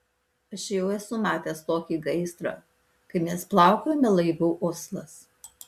aš jau esu matęs tokį gaisrą kai mes plaukiojome laivu oslas